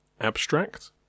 abstract